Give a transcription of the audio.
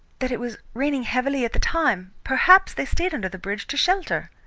that it was raining heavily at the time? perhaps they stayed under the bridge to shelter.